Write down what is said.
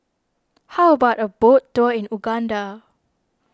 how about a boat tour in Uganda